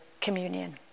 communion